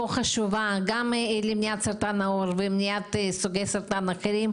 היא כה חשובה גם למניעת סרטן העור וגם למניעת סוגי סרטן אחרים,